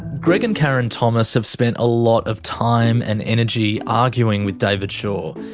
greg and karen thomas have spent a lot of time and energy arguing with david shaw.